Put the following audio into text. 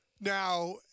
Now